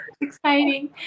exciting